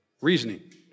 Reasoning